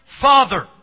Father